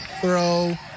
throw